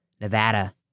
Nevada